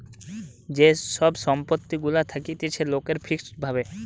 যে সব সম্পত্তি গুলা থাকতিছে লোকের ফিক্সড ভাবে